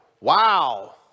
Wow